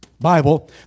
Bible